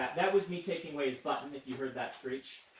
that was me taking away his button, if you heard that screech.